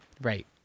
right